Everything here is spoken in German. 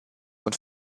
und